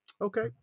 Okay